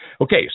okay